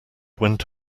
went